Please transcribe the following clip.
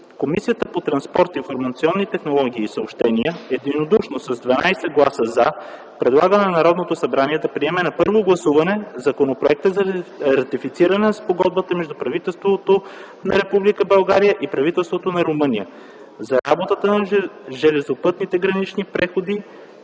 Комисията по транспорт, информационни технологии и съобщения, единодушно с 12 гласа “за” предлага на Народното събрание да приеме на първо гласуване Законопроекта за ратифициране на Спогодбата между правителството на Република България и правителството на Румъния за работата на железопътните гранични преходи,